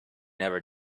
never